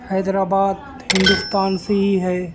حیدرآباد ہندوستان سے ہی ہے